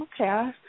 okay